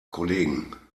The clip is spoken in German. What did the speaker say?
kollegen